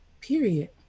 Period